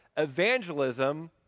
Evangelism